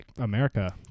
America